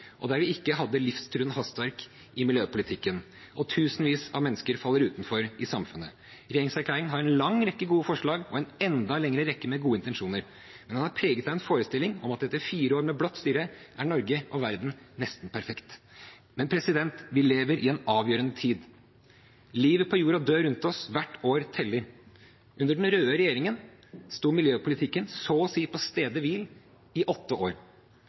og der vi ikke hadde livstruende hastverk i miljøpolitikken og tusenvis av mennesker faller utenfor i samfunnet. Regjeringserklæringen har en lang rekke gode forslag og en enda lengre rekke med gode intensjoner, men den er preget av en forestilling om at etter fire år med blått styre er Norge og verden nesten perfekt. Men vi lever i en avgjørende tid. Livet på jorda dør rundt oss. Hvert år teller. Under den røde regjeringen sto miljøpolitikken så å si på stedet hvil i åtte år,